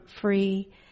free